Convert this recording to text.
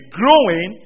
growing